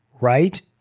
right